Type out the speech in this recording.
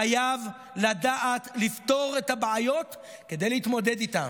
חייבים לדעת לפתור את הבעיות כדי להתמודד איתן,